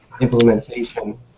implementation